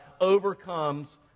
overcomes